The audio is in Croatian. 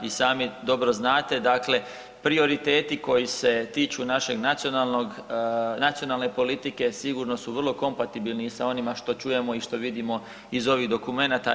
I sami dobro znate dakle prioriteti koji se tiču našeg nacionalnog, nacionalne politike sigurno su vrlo kompatibilni sa onima što čujemo i što vidimo iz ovih dokumenata EU.